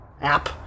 app